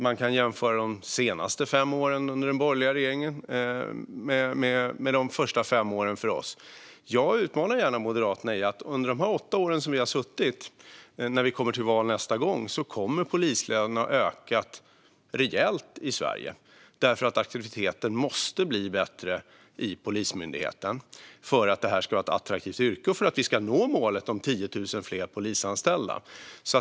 Man kan jämföra med de senaste fem åren under den borgerliga regeringen med de första fem åren för oss. Jag utmanar gärna Moderaterna. Under de åtta år som vi har suttit när vi kommer till val nästa gång kommer polislönerna att ha ökat rejält i Sverige därför att attraktiviteten måste bli bättre i Polismyndigheten för att det ska vara ett attraktivt yrke och för att vi ska nå målet om 10 000 fler polisanställda.